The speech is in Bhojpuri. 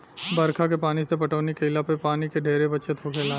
बरखा के पानी से पटौनी केइला पर पानी के ढेरे बचत होखेला